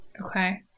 Okay